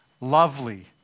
lovely